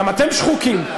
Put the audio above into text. גם אתם שחוקים.